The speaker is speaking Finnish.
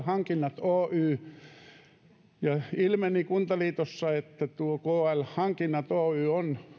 hankinnat oy kuntaliitossa ilmeni että tuo kl hankinnat oy on